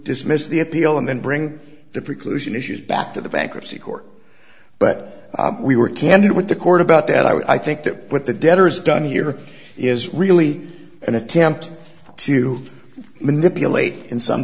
dismiss the appeal and then bring the preclusion issues back to the bankruptcy court but we were candid with the court about that i think that what the debtors done here is really an attempt to manipulate in some